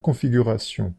configuration